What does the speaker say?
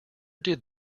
did